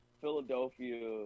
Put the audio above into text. Philadelphia